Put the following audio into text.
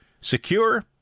Secure